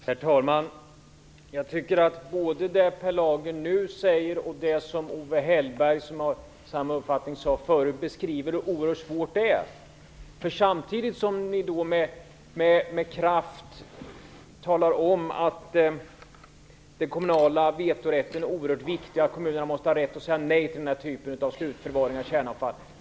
Herr talman! Jag tycker att både det som Per Lager nu säger och det som Owe Hellberg, som har samma uppfattning, sade förut beskriver hur oerhört svårt detta är. Ni talar med kraft om att den kommunala vetorätten är oerhört viktig, att kommunerna måste ha rätt att säga nej till den här typen av slutförvaring av kärnavfall.